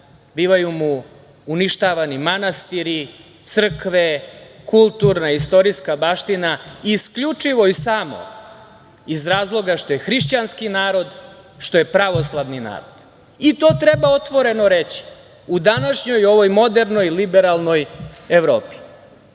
bivaju mu uništavani manastiri, crkve, kulturna i istorijska baština, isključivo i samo iz razloga što je hrišćanski narod, što je pravoslavni narod. I to treba otvoreno reći u današnjoj ovoj modernoj, liberalnoj Evropi